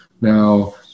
Now